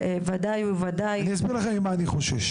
אני אסביר לכם ממה אני חושש.